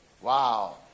Wow